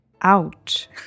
Ouch